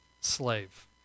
slave